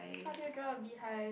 how did you draw a beehive